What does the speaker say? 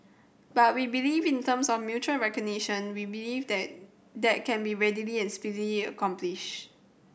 but we believe in terms of mutual recognition we believe that that can be readily and speedily accomplished